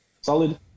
solid